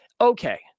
Okay